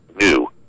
new